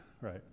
right